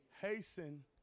Hasten